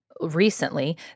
recently